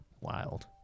Wild